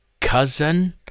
cousin